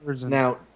now